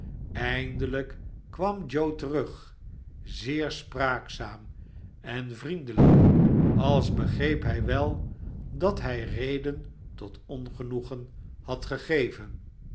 eindelijk kwam joe terug zeer spraakzaam en vriendelijk als begreep hij wel dat hij reden tot ongenoegen had gegeven